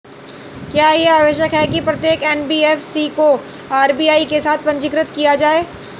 क्या यह आवश्यक है कि प्रत्येक एन.बी.एफ.सी को आर.बी.आई के साथ पंजीकृत किया जाए?